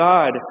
God